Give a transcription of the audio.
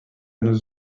nos